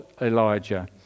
Elijah